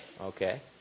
Okay